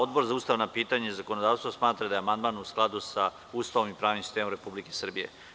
Odbor za ustavna pitanja i zakonodavstvo smatra da je amandman u skladu sa Ustavom i pravnim sistemom Republike Srbije.